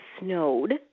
snowed